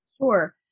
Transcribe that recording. Sure